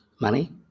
money